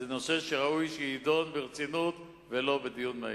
זה נושא שראוי שיידון ברצינות, ולא בדיון מהיר.